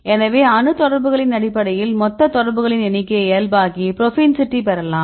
எனவே அணு தொடர்புகளின் அடிப்படையில் மொத்த தொடர்புகளின் எண்ணிக்கையை இயல்பாக்கி புரோபென்சிட்டி பெறலாம்